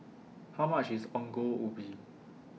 How much IS Ongol Ubi